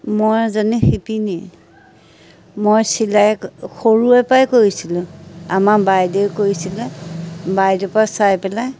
মই এজনী শিপিনী মই চিলাই সৰুৰেপৰাই কৈছিলোঁ আমাৰ বাইদেউ কৰিছিলে বাইদেউৰপৰা চাই পেলাই